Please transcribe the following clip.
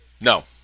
No